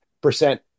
percent